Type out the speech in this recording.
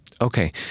Okay